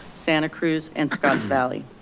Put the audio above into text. santa cruz and scotts valley.